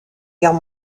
guerre